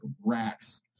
racks